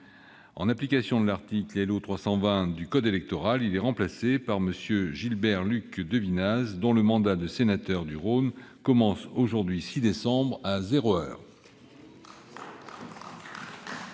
En application de l'article L.O. 320 du code électoral, il est remplacé par M. Gilbert-Luc Devinaz, dont le mandat de sénateur du Rhône commence aujourd'hui, 6 décembre, à zéro heure.